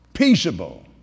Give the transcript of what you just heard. peaceable